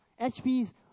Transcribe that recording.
HP's